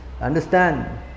understand